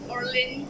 Orlin